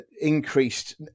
increased